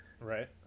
Right